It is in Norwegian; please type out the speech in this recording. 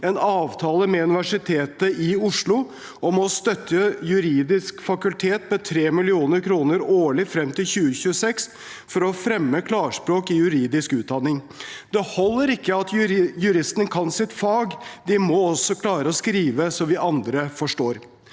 en avtale med Universitetet i Oslo om å støtte juridisk fakultet med 3 mill. kr årlig frem til 2026 for å fremme klarspråk i juridisk utdanning. Det holder ikke at juristene kan sitt fag; de må også klare å skrive så vi andre forstår.